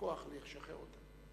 בכוח לשחרר אותם.